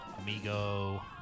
Amigo